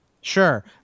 Sure